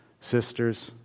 sisters